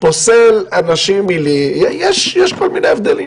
פוסל אנשים, יש כל מיני הבדלים.